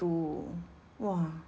to !wah!